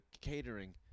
catering